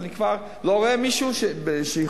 אני כבר לא רואה מישהו שיכול,